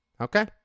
okay